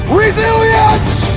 resilience